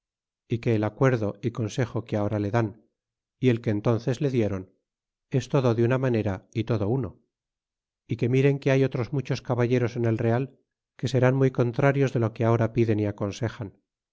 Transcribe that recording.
y que el acuerdo y consejo que ahora le dan y el que entnces le dieron es todo de una manera y todo uno y que miren que hay otros muchos caballeros en el real que seran muy contrarios de lo que ahora piden y aconsejan